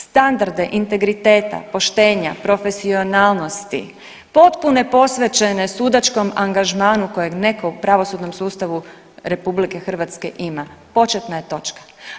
Standarde integriteta, poštenja, profesionalnosti, potpuno posvećene sudačkom angažmanu kojeg netko u pravosudnom sustavu RH ima početna je točka.